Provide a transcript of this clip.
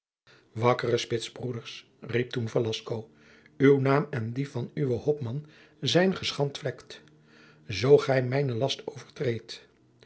wakkere spitsbroeders riep toen velasco uw naam en die van uwen hopman zijn geschandvlekt zoo gij mijne last overtreedt